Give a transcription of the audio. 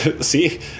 see